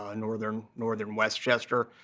ah northern northern westchester.